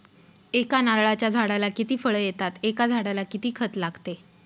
एका नारळाच्या झाडाला किती फळ येतात? एका झाडाला किती खत लागते?